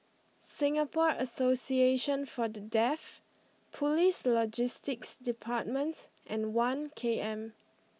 Singapore Association For The Deaf Police Logistics Department and One K M